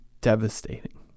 devastating